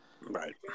Right